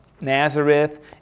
Nazareth